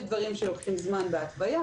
יש דברים שלוקחים זמן והתוויה,